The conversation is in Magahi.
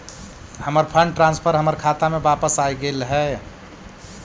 हमर फंड ट्रांसफर हमर खाता में वापस आगईल हे